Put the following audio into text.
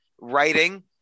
writing